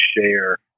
share